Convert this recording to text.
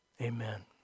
amen